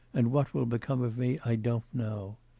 and what will become of me, i don't know.